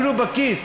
אפילו בכיס,